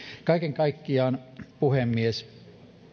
kaiken kaikkiaan puhemies